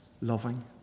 loving